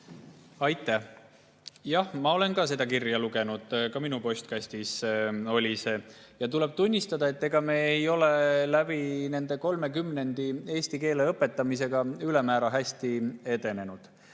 Aitäh! Jah, ma olen seda kirja lugenud, ka minu postkastis oli see. Tuleb tunnistada, et ega me ei ole läbi nende kolme kümnendi eesti keele õpetamisega ülemäära hästi edenenud.